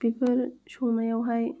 बेफोर संनायावहाय